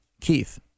Keith